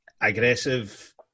aggressive